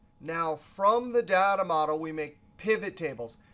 now, from the data model, we make pivot tables.